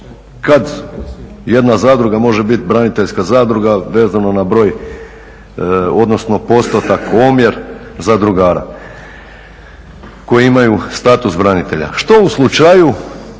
kad jedna zadruga može biti braniteljska zadruga vezano na broj, odnosno postotak, omjer zadrugara koji imaju status branitelja, što u slučaju